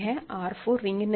R 4 ring नहीं है